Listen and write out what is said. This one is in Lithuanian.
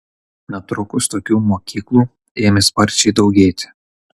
netrukus tokių mokyklų ėmė sparčiai daugėti